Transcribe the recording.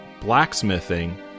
blacksmithing